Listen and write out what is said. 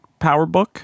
PowerBook